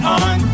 on